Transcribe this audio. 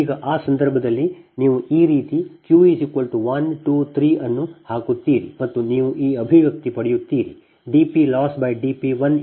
ಈಗ ಆ ಸಂದರ್ಭದಲ್ಲಿ ನೀವು ಈ ರೀತಿ q 123 ಅನ್ನು ಹಾಕುತ್ತೀರಿ ಮತ್ತು ನೀವು ಈ ಅಭಿವ್ಯಕ್ತಿ ಪಡೆಯುತ್ತೀರಿ dPLossdP12P1B112B21P22B31P30